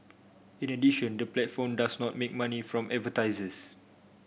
in addition the platform does not make money from advertisers